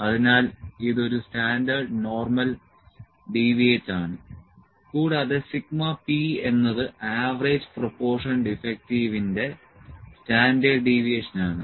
അതിനാൽ ഇത് ഒരു സ്റ്റാൻഡേർഡ് നോർമൽ ഡീവിയേറ്റ് ആണ് കൂടാതെ p എന്നത് ആവറേജ് പ്രൊപോർഷൻ ഡിഫെക്ടിവിന്റെ സ്റ്റാൻഡേർഡ് ഡീവിയേഷനാണ്